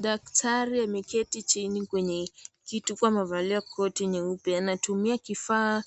Daktari ameketi chini kwenye kiti huku amevalia koti nyeupe. Anatumia kifaa